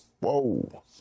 Whoa